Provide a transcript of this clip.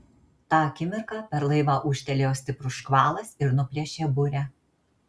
tą akimirką per laivą ūžtelėjo stiprus škvalas ir nuplėšė burę